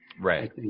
Right